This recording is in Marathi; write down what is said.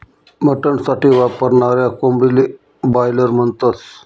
मटन साठी वापरनाऱ्या कोंबडीले बायलर म्हणतस